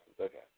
Okay